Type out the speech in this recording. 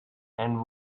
and